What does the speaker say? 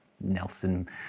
Nelson